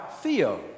theo